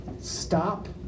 stop